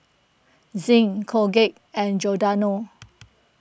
Zinc Colgate and Giordano